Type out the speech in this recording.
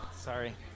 Sorry